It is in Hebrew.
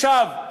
עכשיו,